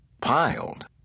piled